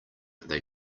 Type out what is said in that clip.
they